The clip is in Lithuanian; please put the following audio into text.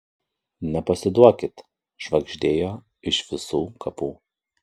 nepasiduokit švagždėjo iš visų kapų